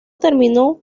terminó